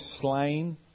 slain